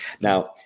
Now